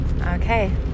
okay